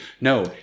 no